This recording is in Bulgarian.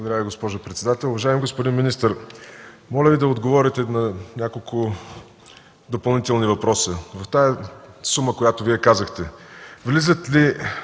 Благодаря Ви, госпожо председател. Уважаеми господин министър, моля Ви да отговорите на няколко допълнителни въпроса. В тази сума, която казахте, влизат ли